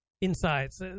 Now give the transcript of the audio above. insights